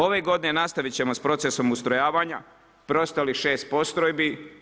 Ove g. nastaviti ćemo s procesom ustrojavanja, preostalih 6 postrojbi.